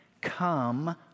come